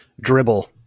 Dribble